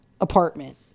apartment